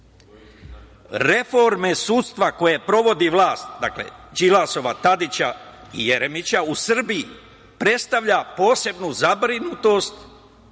Reforme sudstva koje provodi vlast, dakle, Đilasova, Tadića i Jeremića, u Srbiji predstavlja posebnu zabrinutost.